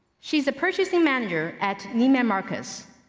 she is the purchasing manager at neiman marcus,